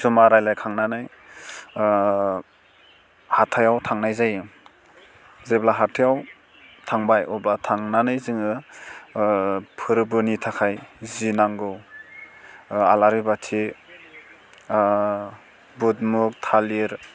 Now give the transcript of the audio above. जमा रायलायखांनानै हाथाइआव थांनाय जायो जेब्ला हाथाइयाव थांबाय अब्ला थांनानै जोङो फोर्बोनि थाखाय जि नांगौ आलारि बाथि बुध मुग थालिर